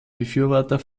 befürworter